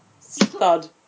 thud